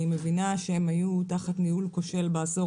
אני מבינה שהם היו תחת ניהול כושל בעשור